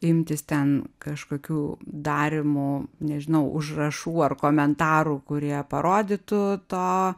imtis ten kažkokių darymų nežinau užrašų ar komentarų kurie parodytų to